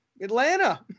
Atlanta